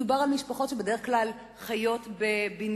מדובר על משפחות שבדרך כלל חיות בבניינים